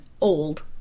old